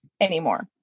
anymore